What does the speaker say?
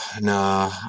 Nah